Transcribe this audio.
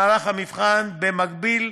במהלך המבחן, במקביל,